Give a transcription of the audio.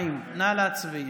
40. נא להצביע.